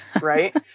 right